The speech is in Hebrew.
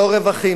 לא רווחים",